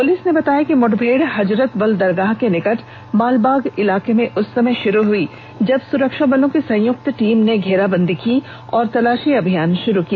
police ने बताया कि मुठभेड हजरत बल दरगाह के निकट मालबाग इलाके में उस समय शुरू हुई जब सुरक्षाबलों की संयुक्त टीम ने घेराबंदी की और तलाशी अभियान शुरू किया